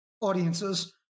audiences